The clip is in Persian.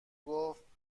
گفتمریم